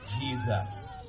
Jesus